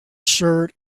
shirt